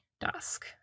dusk